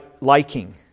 liking